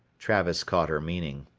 travis caught her meaning.